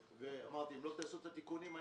ואמרתי אם לא תעשו את התיקונים,